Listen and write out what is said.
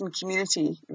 community